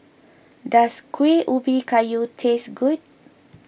does Kuih Ubi Kayu taste good